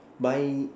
my